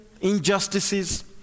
injustices